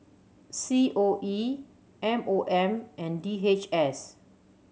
C O E M O M and D H S